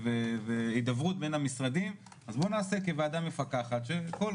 והידברות בין המשרדים אז בוא נעשה כוועדה מפקחת שכמו